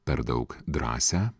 per daug drąsią